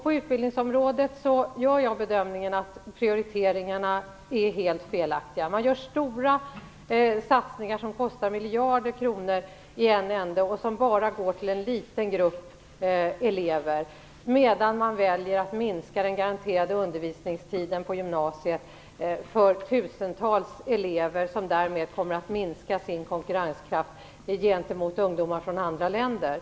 På utbildningsområdet gör jag bedömningen att prioriteringarna är helt felaktiga. Man gör stora satsningar som kostar miljarder kronor som bara går till en liten grupp elever medan man väljer att minska den garanterade undervisningstiden på gymnasiet för tusentals elever. De kommer därmed att minska sin konkurrenskraft gentemot ungdomar från andra länder.